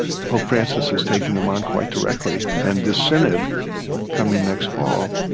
pope francis is taking them on quite directly. and the synod coming next fall,